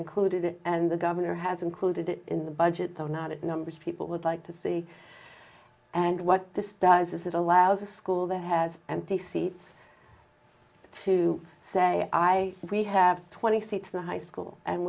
included it and the governor has included it in the budget though not it numbers people would like to see and what this does is it allows a school that has empty seats to say i we have twenty seats the high school and